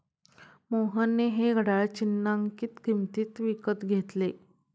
मोहनने हे घड्याळ चिन्हांकित किंमतीत विकत घेतले